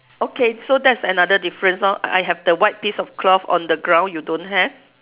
okay so that's another difference lor I have the white piece of cloth on the ground you don't have